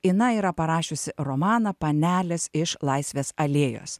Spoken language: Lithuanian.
ina yra parašiusi romaną panelės iš laisvės alėjos